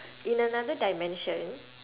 in another dimension